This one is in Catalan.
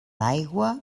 aigua